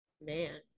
man